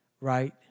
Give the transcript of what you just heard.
right